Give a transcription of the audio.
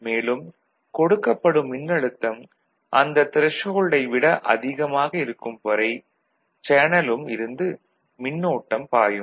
மேலும் கொடுக்கப்படும் மின்னழுத்தம் அந்த த்ரெஷ்ஹோல்டை விட அதிகமாக இருக்கும் வரை சேனலும் இருந்து மின்னோட்டம் பாயும்